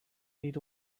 need